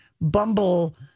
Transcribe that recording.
bumble